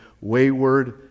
wayward